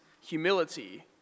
humility